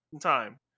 time